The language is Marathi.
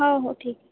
हो हो ठीक